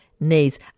Knees